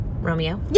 Romeo